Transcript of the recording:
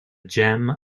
gems